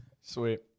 Sweet